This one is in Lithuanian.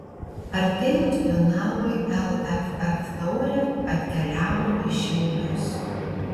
artėjant finalui lff taurė atkeliavo į šiaulius